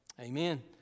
Amen